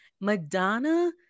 Madonna